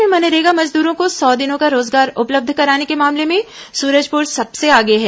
प्रदेश में मनरेगा मजदूरों को सौ दिनों का रोजगार उपलब्ध कराने के मामले में सूरजपूर सबसे आगे है